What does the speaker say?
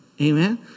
amen